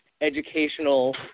educational